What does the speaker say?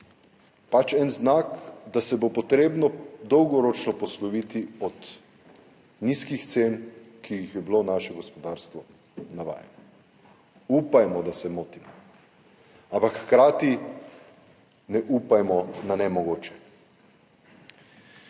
pač en znak, da se bo potrebno dolgoročno posloviti od nizkih cen, ki jih je bilo naše gospodarstvo navajeno. Upajmo, da se motimo, ampak hkrati ne upajmo na nemogoče.